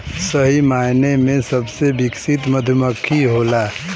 सही मायने में सबसे विकसित मधुमक्खी होला